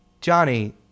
Johnny